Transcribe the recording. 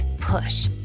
Push